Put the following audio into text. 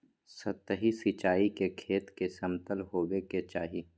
सतही सिंचाई के खेत के समतल होवे के चाही